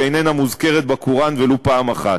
שאינה מוזכרת בקוראן ולו פעם אחת.